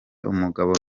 umugabo